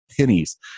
pennies